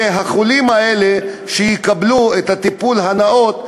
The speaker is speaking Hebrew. ושהחולים האלה יקבלו את הטיפול הנאות,